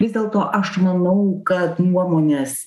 vis dėlto aš manau kad nuomonės